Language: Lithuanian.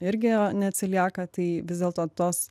irgi neatsilieka tai vis dėlto tos